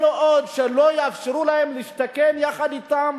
כל עוד לא יאפשרו להם להשתכן יחד אתם,